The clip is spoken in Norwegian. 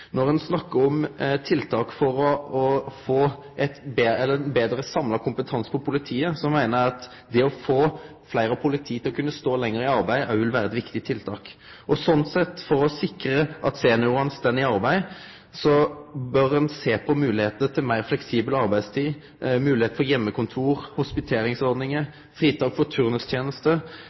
Når ein snakkar om tiltak for å få betre den samla kompetansen i politiet, meiner eg at det å få fleire politifolk til å stå lenger i arbeid, òg vil vere eit viktig tiltak. Slik sett, for å sikre at seniorane står i arbeid, bør ein sjå på moglegheita for meir fleksibel arbeidstid, heimekontor, hospiteringsordningar, fritak frå turnusteneste, meir fritid og kompetanseutvikling. Det er viktig at det er strategiar og planar for